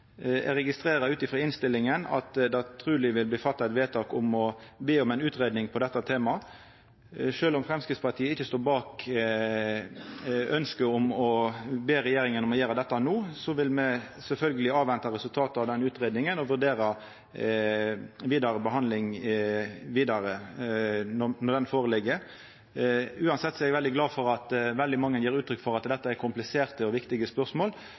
Eg registrerer ut frå innstillinga at det truleg vil bli fatta eit vedtak om å be om ei utgreiing om dette temaet. Sjølv om Framstegspartiet ikkje står bak ønsket om å be regjeringa om å gjera dette no, vil me sjølvsagt venta på resultatet av den utgreiinga og vurdera vidare behandling når ho ligg føre. Uansett er eg glad for at veldig mange gjev uttrykk for at dette er kompliserte og viktige spørsmål,